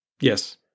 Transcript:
Yes